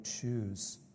choose